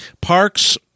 parks